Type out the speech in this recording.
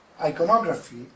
iconography